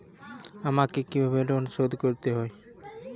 আমাকে কিভাবে লোন শোধ করতে হবে?